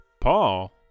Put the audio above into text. Paul